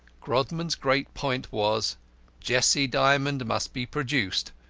grodman's great point was jessie dymond must be produced,